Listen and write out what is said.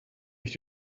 ich